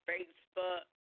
Facebook